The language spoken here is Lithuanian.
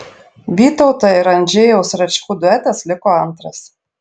vytauto ir andžejaus račkų duetas liko antras